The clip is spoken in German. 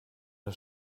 der